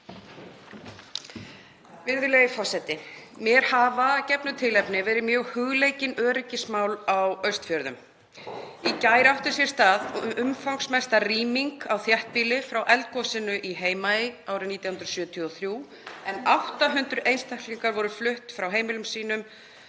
Virðulegi forseti. Mér hafa að gefnu tilefni verið mjög hugleikin öryggismál á Austfjörðum. Í gær átti sér stað umfangsmesta rýming í þéttbýli frá eldgosinu í Heimaey árið 1973 en 800 einstaklingar voru fluttir frá heimilum sínum